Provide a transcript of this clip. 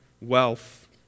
wealth